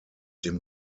dem